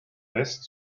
west